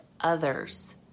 others